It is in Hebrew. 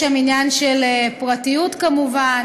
יש שם עניין של פרטיות כמובן,